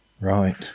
Right